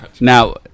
Now